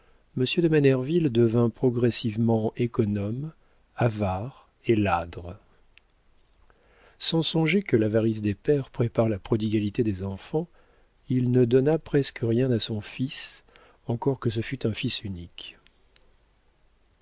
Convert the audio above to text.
monsieur de manerville devint progressivement économe avare et ladre sans songer que l'avarice des pères prépare la prodigalité des enfants il ne donna presque rien à son fils encore que ce fût un fils unique